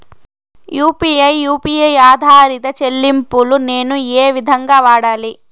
UPI U P I ఆధారిత చెల్లింపులు నేను ఏ విధంగా వాడాలి?